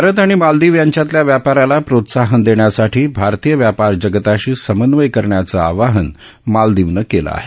भारत आणि मालदीव यांच्यातल्या व्यापाराला प्रोत्साहन देण्यासाठी भारतीय व्यापार जगताशी समन्वय करण्याचं आवाहन मालदीवनं केलं आहे